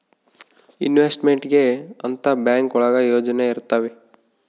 investment ಗೆ ಅಂತ bank ಒಳಗ ಯೋಜನೆ ಇರ್ತವೆ